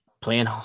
playing